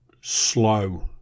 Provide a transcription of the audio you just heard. Slow